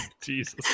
Jesus